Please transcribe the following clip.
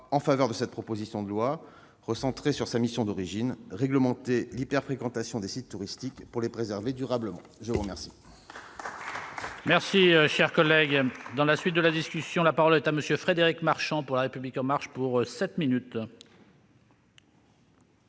en faveur de cette proposition de loi recentrée sur sa mission d'origine : réglementer l'hyper-fréquentation des sites touristiques pour les préserver durablement. La parole